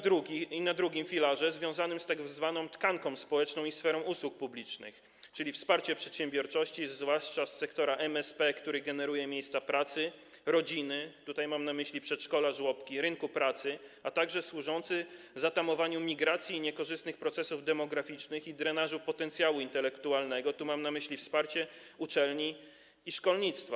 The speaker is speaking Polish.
Drugi filar jest związany z tzw. tkanką społeczną i sferą usług publicznych, czyli wsparciem przedsiębiorczości, zwłaszcza sektora MSP, który generuje miejsca pracy, rodziny, tutaj mam na myśli przedszkola, żłobki, oraz rynku pracy, a także służy zatamowaniu migracji, niekorzystnych procesów demograficznych i drenażu potencjału intelektualnego, tu mam na myśli wsparcie uczelni i szkolnictwa.